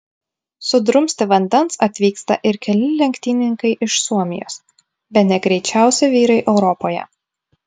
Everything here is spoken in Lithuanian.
sudrumsti vandens atvyksta ir keli lenktynininkai iš suomijos bene greičiausi vyrai europoje